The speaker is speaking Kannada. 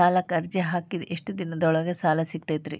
ಸಾಲಕ್ಕ ಅರ್ಜಿ ಹಾಕಿದ್ ಎಷ್ಟ ದಿನದೊಳಗ ಸಾಲ ಸಿಗತೈತ್ರಿ?